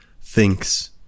thinks